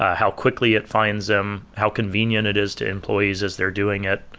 ah how quickly it finds them, how convenient it is to employees as they're doing it,